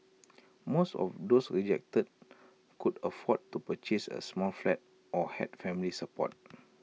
most of those rejected could afford to purchase A small flat or had family support